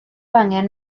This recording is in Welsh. angen